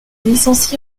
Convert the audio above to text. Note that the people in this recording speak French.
licencié